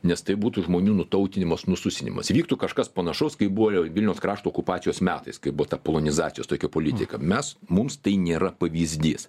nes tai būtų žmonių nutautinimas nususinimas įvyktų kažkas panašaus kaip buvojo vilniaus krašto okupacijos metais kai buvo ta polonizacijos tokia politika mes mums tai nėra pavyzdys